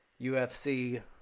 UFC